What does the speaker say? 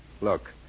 Look